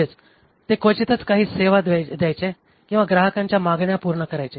म्हणजेच ते क्वचितच काही सेवा द्यायचे किंवा ग्राहकांच्या मागण्या पूर्ण करायचे